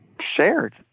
shared